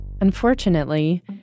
Unfortunately